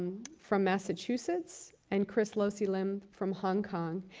from massachusetts, and chris lo sze lim, from hong kong.